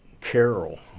Carol